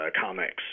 comics